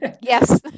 Yes